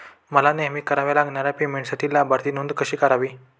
मला नेहमी कराव्या लागणाऱ्या पेमेंटसाठी लाभार्थी नोंद कशी करावी?